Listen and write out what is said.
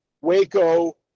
Waco